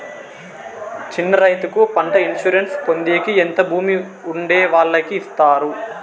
చిన్న రైతుకు పంటల ఇన్సూరెన్సు పొందేకి ఎంత భూమి ఉండే వాళ్ళకి ఇస్తారు?